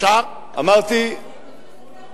אפשר גם לעשות חוק ול"ל,